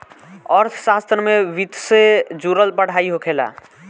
अर्थशास्त्र में वित्तसे से जुड़ल पढ़ाई होखेला